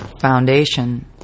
foundation